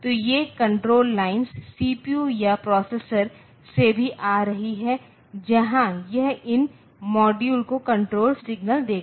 तो ये control lines CPU या प्रोसेसर से भी आ रही हैं जहाँ यह इन मॉड्यूल को कण्ट्रोल सिग्नल देगा